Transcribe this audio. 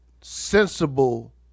sensible